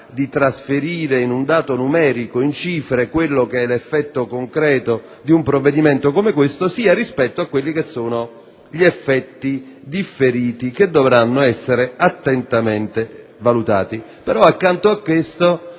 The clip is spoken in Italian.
di trasferire in un dato numerico, in cifre, l'effetto concreto di un provvedimento come questo - sia rispetto agli effetti differiti che dovranno essere attentamente valutati. Accanto a questo,